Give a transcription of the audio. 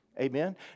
amen